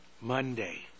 Monday